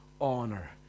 honor